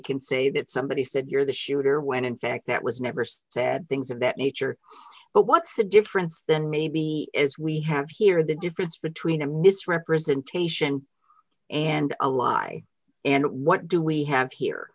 can say that somebody said you're the shooter when in fact that was never said things of that nature but what's the difference then maybe as we have here the difference between a misrepresentation and a lie and what do we have here